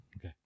Okay